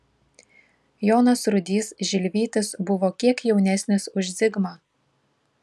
jonas rudys žilvytis buvo kiek jaunesnis už zigmą